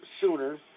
sooner